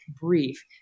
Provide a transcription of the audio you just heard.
brief